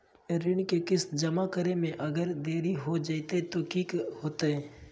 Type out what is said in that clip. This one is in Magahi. ऋण के किस्त जमा करे में अगर देरी हो जैतै तो कि होतैय?